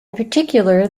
particular